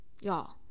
Y'all